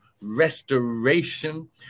restoration